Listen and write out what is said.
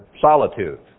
solitude